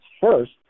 first